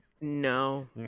No